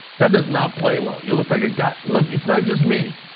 that does not play well, you look like a god. look, it's not just me,